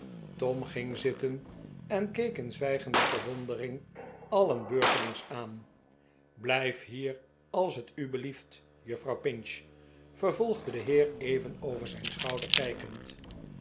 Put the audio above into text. tom ging zitten en keek in zwijgende verwondering alien beurtelings aan blijf hier als t u belieft juffrouw pinch vervolgde de heer even over zijn schouder kijkend